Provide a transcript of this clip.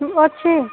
ଅଛି